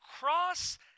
cross